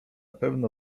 pewno